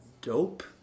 Dope